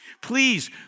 please